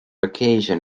occasion